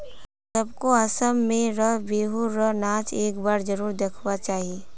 सबको असम में र बिहु र नाच एक बार जरुर दिखवा चाहि